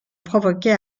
provoquer